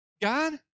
God